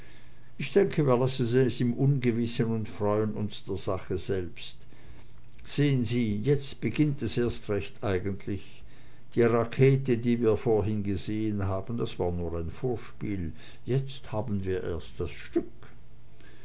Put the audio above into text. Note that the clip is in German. ich denke wir lassen es im ungewissen und freuen uns der sache selbst sehen sie jetzt beginnt es erst recht eigentlich die rakete die wir da vorhin gesehen haben das war nur vorspiel jetzt haben wir erst das stück